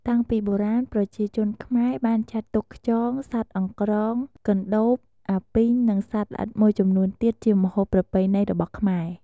តាំងពីបុរាណប្រជាជនខ្មែរបានចាត់ទុកខ្យង សត្វអង្រ្កង កន្តូប អាពីង និងសត្វល្អិតមួយចំនួនទៀតជាម្ហូបប្រពៃណីរបស់ខ្មែរ។